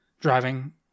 driving